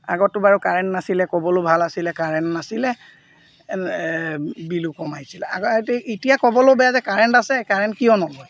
আগততো বাৰু কাৰেণ্ট নাছিলে ক'বলৈ ভাল আছিলে কাৰেণ্ট নাছিলে বিলো কম আহিছিলে আগতে এতিয়া ক'বলৈও বেয়া যে কাৰেণ্ট আছে কাৰেণ্ট কিয় নলয়